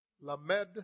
Lamed